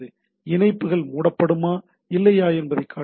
இணைப்புகள் மூடப்படுமா இல்லையா என்பதை இணைப்பு காட்டுகிறது